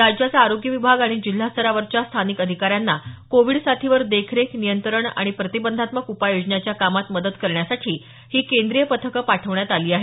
राज्याचा आरोग्य विभाग आणि जिल्हास्तरावरच्या स्थानिक अधिकाऱ्यांना कोविड साथीवर देखरेख नियंत्रण आणि प्रतिबंधात्मक उपाय योजण्याच्या कामात मदत करण्यासाठी ही केंद्रीय पथकं पाठवण्यात आली आहेत